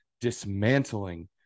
dismantling